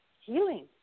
healing